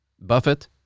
Buffett